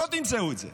לא תמצאו את זה.